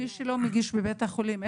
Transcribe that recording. מי שלא מגיש בבית החולים,